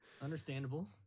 Understandable